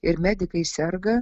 ir medikai serga